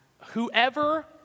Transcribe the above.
whoever